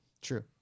True